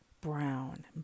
brown